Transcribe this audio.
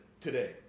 today